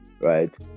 right